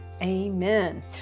Amen